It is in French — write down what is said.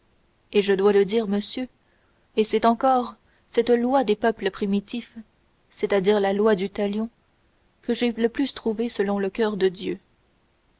et je dois le dire monsieur c'est encore cette loi des peuples primitifs c'est-à-dire la loi du talion que j'ai le plus trouvée selon le coeur de dieu